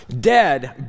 dead